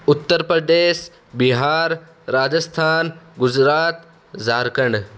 Uttar Pradesh Bihar Rajasthan Gujarat Jharkhand